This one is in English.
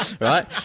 Right